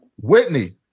Whitney